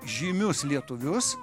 žymius lietuvius